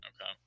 okay